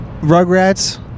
Rugrats